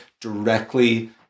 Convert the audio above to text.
directly